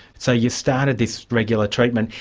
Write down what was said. so you started this regular treatment,